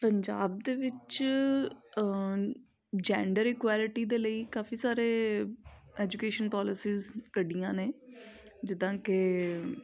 ਪੰਜਾਬ ਦੇ ਵਿੱਚ gender equality ਦੇ ਲਈ ਕਾਫ਼ੀ ਸਾਰੇ ਐਜੂਕੇਸ਼ਨ ਪੋਲਿਸਿਸ ਕੱਢੀਆਂ ਨੇ ਜਿੱਦਾਂ ਕਿ